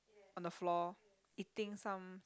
on the floor eating some